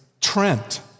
Trent